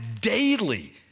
daily